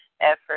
effort